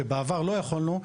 שבעבר לא יכולנו,